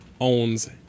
owns